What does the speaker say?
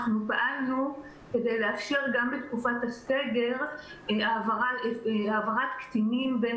אנחנו פעלנו כדי לאפשר גם בתקופת הסגר העברת קטינים בין